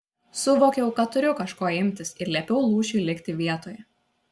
suvokiau kad turiu kažko imtis ir liepiau lūšiui likti vietoje